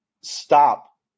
Stop